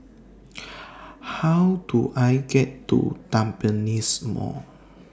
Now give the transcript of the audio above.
How Do I get to Tampines Mall